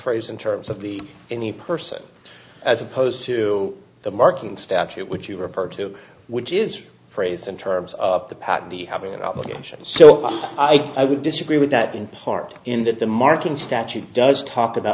phrase in terms of the in the person as opposed to the marking statute which you refer to which is phrased in terms of the pact the having an obligation so i think i would disagree with that in part in that the marking statute does talk about